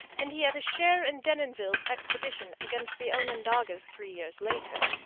and he had a share in denonville's expedition against the onondagas three years later.